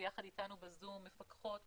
ויחד אתנו בזום מפקחות בכירות,